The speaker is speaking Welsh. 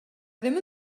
ddim